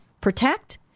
protect